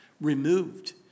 removed